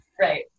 Right